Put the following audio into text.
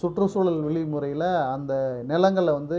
சுற்றுச்சூழல் வெளிமுறையில் அந்த நிலங்களை வந்து